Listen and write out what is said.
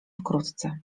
wkrótce